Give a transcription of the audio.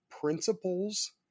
principles